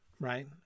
right